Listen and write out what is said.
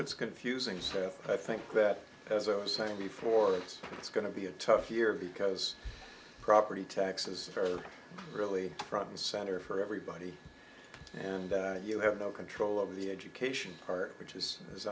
it's confusing so i think that as i was saying before that it's going to be a tough year because property taxes are really from the center for everybody and you have no control over the education part which is as